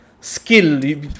skill